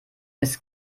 ist